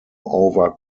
over